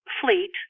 fleet